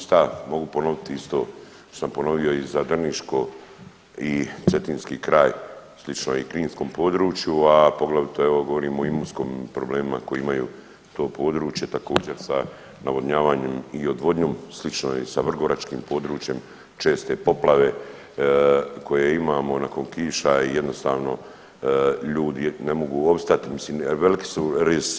Ma ovo je evo ista mogu ponovit isto što sam ponovio i za drniško i cetinski kraj, slično je i u kninskom području, a poglavito evo govorimo o Imotskom problemima koje imaju to područje također sa navodnjavanjem i odvodnjom, slično je i sa vrgoračkim područjem, česte poplave koje imamo nakon kiša i jednostavno ljudi ne mogu opstati, mislim veliki su rizici.